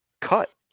cut